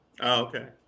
okay